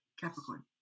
Capricorn